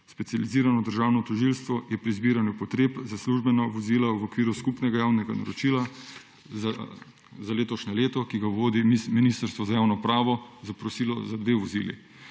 Specializirano državno tožilstvo je pri zbiranju potreb za službeno vozilo v okviru skupnega javnega naročila za letošnje leto, ki ga vodi Ministrstvo za javno upravo, zaprosilo za dve vozili.